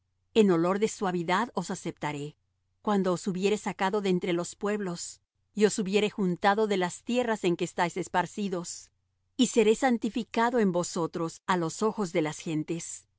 en olor de suavidad os aceptaré cuando os hubiere sacado de entre los pueblos y os hubiere juntado de las tierras en que estáis esparcidos y seré santificado en vosotros á los ojos de las gentes